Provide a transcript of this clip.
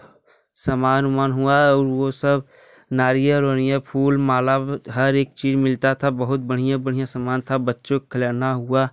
सामान उमान हुआ और वह सब नारियल ओरियाँ फूल माला ब हर एक चीज़ मिलता था बहुत बढ़िया बढ़िया समान था बच्चों क खेलौना हुआ